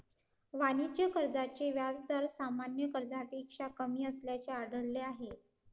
वाणिज्य कर्जाचे व्याज दर सामान्य कर्जापेक्षा कमी असल्याचे आढळले आहे